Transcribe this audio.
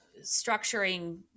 structuring